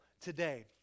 today